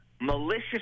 malicious